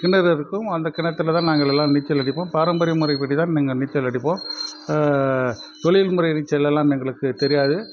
கிணறு இருக்கும் அந்த கிணத்தில்தான் நாங்களெல்லாம் நீச்சல் அடிப்போம் பாரம்பரிய முறைப்படிதான் நாங்கள் நீச்சல் அடிப்போம் தொழில் முறை நீச்சலெலாம் எங்களுக்கு தெரியாது